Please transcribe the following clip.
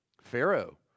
Pharaoh